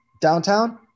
downtown